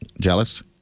Jealous